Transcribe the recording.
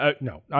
No